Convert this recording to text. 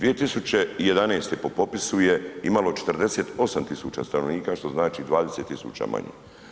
2011. po popisu je imalo 48.000 stanovnika što znači 20.000 manje.